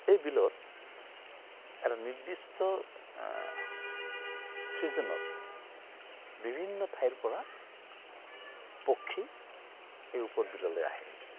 এই বিলত এটা নিৰ্দিষ্ট ছিজনত বিভিন্ন ঠাইৰপৰা পক্ষী এই উৰ্পদ বিললৈ আহে